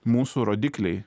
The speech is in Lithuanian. mūsų rodikliai